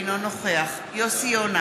אינו נוכח יוסי יונה,